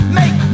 make